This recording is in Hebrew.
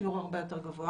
שיעור יותר גבוה.